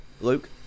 Luke